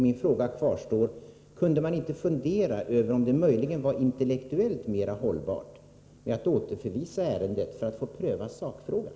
Min fråga kvarstår: Kunde man inte fundera över om det möjligen vore intellektuellt mera hållbart att återförvisa ärendet för att få pröva sakfrågan?